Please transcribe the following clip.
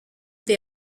they